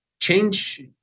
change